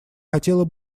хотела